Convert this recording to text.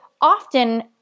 often